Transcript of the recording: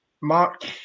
Mark